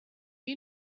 you